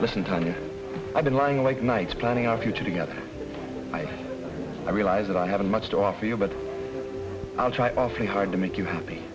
listen to i've been lying awake nights planning our future together i realize that i haven't much to offer you but i'll try awfully hard to make you happy